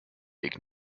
weg